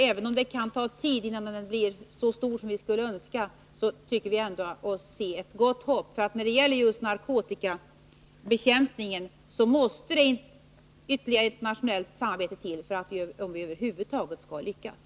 Även om det kan ta tid innan den blir så stor som vi skulle önska, tycker vi oss ändå se att man kan hysa ett gott hopp. När det gäller just narkotikabekämpningen måste nämligen ytterligare internationellt samarbete till, om vi över huvud taget skall lyckas.